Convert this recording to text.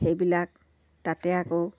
সেইবিলাক তাতে আকৌ